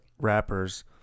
rappers